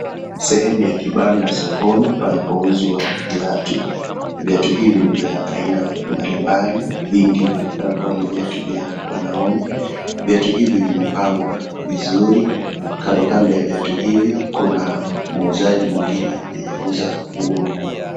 Sehemu ya kibanda sokoni, panapouzwa viatu. Viatu hivi ni vya aina mbalimbali. Vingi vikionekana kuwa ni viatu vya wanaume. Viatu hivi vimepangwa vizuri. Kando kando ya viatu hivi, kuna muuzaji mwingine anayeuza nguo.